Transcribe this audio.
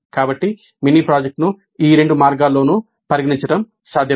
కాబట్టి మినీ ప్రాజెక్ట్ను ఈ రెండు మార్గాల్లోనూ పరిగణించడం సాధ్యమే